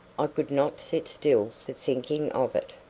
i could not sit still for thinking of it.